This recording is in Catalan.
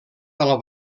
del